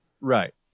Right